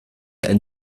ein